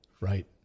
Right